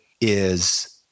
is-